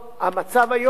ששופט